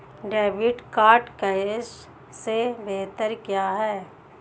Debit card cash से बेहतर क्यों है?